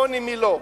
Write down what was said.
רוני מילוא,